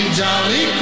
jolly